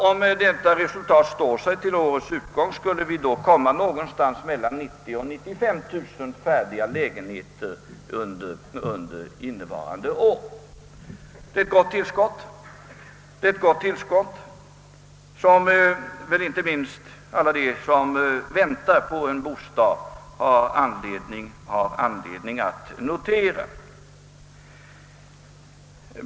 Om denna utveckling håller i sig till årets slut kommer vi upp i omkring 90 000 färdiga lägenheter i hela landet under innevarande år. Det är ett gott tillskott, som väl inte minst alla de som väntar på bostad har anledning att notera.